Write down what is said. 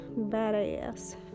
badass